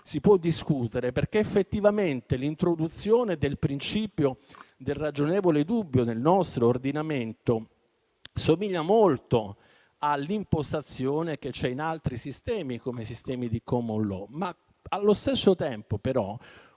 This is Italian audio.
si può discutere, perché effettivamente l'introduzione del principio del ragionevole dubbio nel nostro ordinamento somiglia molto all'impostazione che c'è in altri sistemi di *common law*, ma allo stesso tempo